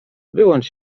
wyłącz